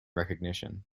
recognition